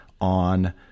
on